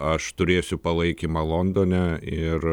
aš turėsiu palaikymą londone ir